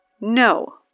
no